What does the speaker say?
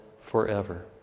forever